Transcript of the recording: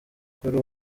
kuri